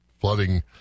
flooding